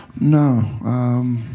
no